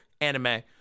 anime